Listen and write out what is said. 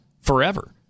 forever